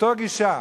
אותה גישה,